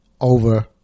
over